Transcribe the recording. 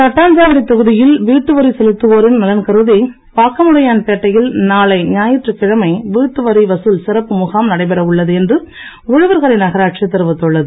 தட்டாஞ்சாவடி தொகுதியில் வீட்டுவரி செலுத்துவோரின் நலன் கருதி பாக்கமுடையான் பேட்டையில் நாளை ஞாயிற்றுக்கிழமை வீட்டுவரி வசூல் சிறப்பு முகாம் நடைபெற உள்ளது என்று உழவர்கரை நகாராட்சி தெரிவித்துள்ளது